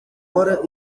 fora